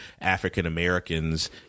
African-Americans